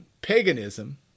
paganism